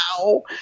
wow